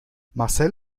marcel